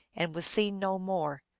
and was seen no more,